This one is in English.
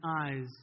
eyes